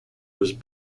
was